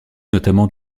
notamment